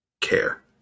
care